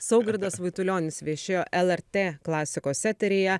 saugirdas vaitulionis viešėjo lrt klasikos eteryje